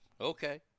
Okay